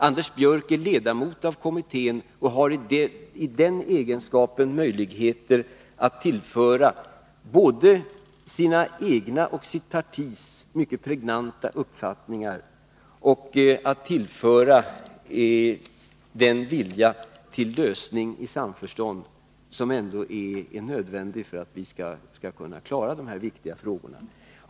Anders Björck är ledamot av kommittén och har i den egenskapen möjlighet att tillföra utredningen både sina egna och sitt partis mycket pregnanta uppfattningar och visa den vilja till lösning i samförstånd som ändå är nödvändig för att vi skall klara de här viktiga frågorna.